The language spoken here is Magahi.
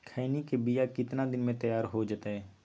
खैनी के बिया कितना दिन मे तैयार हो जताइए?